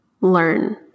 learn